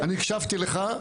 אני הקשבתי לך.